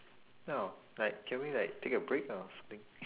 oh like can we like take a break or something